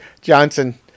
Johnson